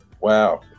Wow